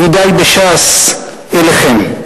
ידידי בש"ס, אליכם.